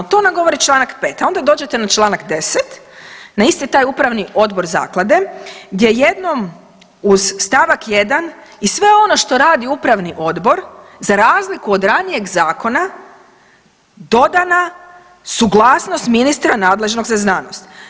To nam govori Članak 5., a onda dođete na Članak 10. na isti taj upravni odbor zaklade gdje jednom uz stavak 1. sve ono što radi upravni odbor za razliku od ranijeg zakona dodana suglasnost ministra nadležnog za znanost.